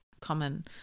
common